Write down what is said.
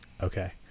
Okay